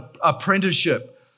apprenticeship